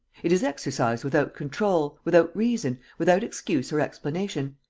it is exercised without control, without reason, without excuse or explanation.